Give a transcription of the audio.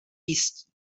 jisti